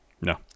No